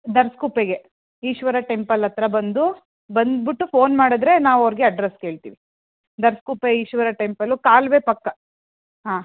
ದರಸ್ಗುಪ್ಪೆಗೆ Eshwara temple ಹತ್ರ ಬಂದು ಬಂದ್ಬಿಟ್ಟು ಫೋನ್ ಮಾಡಿದ್ರೆ ನಾವು ಅವ್ರಿಗೆ ಅಡ್ರೆಸ್ ಕೇಳ್ತೀವಿ ದರಸ್ಗುಪ್ಪೆ ಈಶ್ವರ ಟೆಂಪಲ್ಲು ಕಾಲುವೆ ಪಕ್ಕ ಹಾಂ